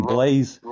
Blaze